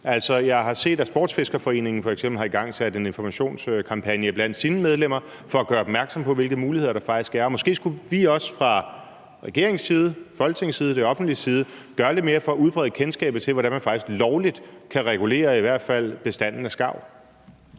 Jeg har set, at Danmarks Sportsfiskerforbund f.eks. har igangsat en informationskampagne til sine medlemmer for at gøre opmærksom på, hvilke muligheder der faktisk er, og måske skulle vi også fra regeringens side, Folketingets side og det offentliges side gøre lidt mere for at udbrede kendskabet til, hvordan man faktisk lovligt kan regulere i hvert fald bestanden af skarv.